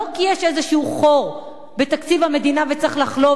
לא כי יש איזה חור בתקציב המדינה וצריך לחלוב